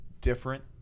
different